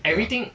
ya